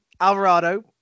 Alvarado